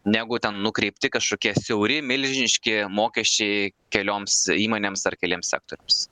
negu ten nukreipti kažkokie siauri milžiniški mokesčiai kelioms įmonėms ar keliems sektoriams